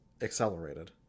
accelerated